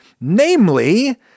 namely